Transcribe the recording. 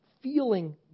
Feeling